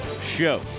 Show